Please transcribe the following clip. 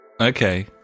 Okay